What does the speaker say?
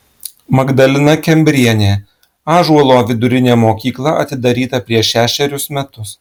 magdalena kembrienė ąžuolo vidurinė mokykla atidaryta prieš šešerius metus